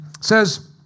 says